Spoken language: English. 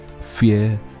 fear